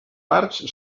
parts